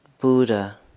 Buddha